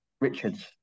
Richards